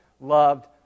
loved